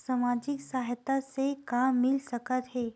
सामाजिक सहायता से का मिल सकत हे?